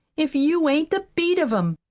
if you ain't the beat of em!